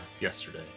yesterday